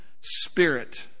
spirit